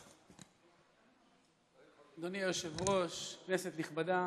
אדוני היושב-ראש, כנסת נכבדה,